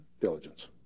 diligence